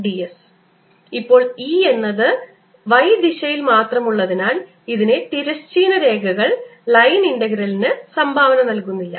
dS ഇപ്പോൾ E എന്നത് y ദിശയിൽ മാത്രമുള്ളതിനാൽ ഇതിലെ തിരശ്ചീന രേഖകൾ ലൈൻ ഇൻ്റഗ്രലിന് സംഭാവന നൽകുന്നില്ല